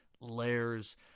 layers